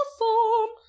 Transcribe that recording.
awesome